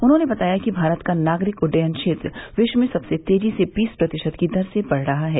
उन्होंने बताया कि भारत का नागरिक उड्डयन क्षेत्र विश्व में सबसे तेजी से बीस प्रतिशत की दर से बढ़ रहा है